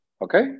Okay